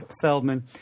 Feldman